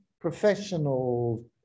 professional